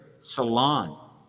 Salon